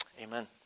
Amen